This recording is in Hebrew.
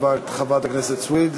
בבקשה, חברת הכנסת סויד.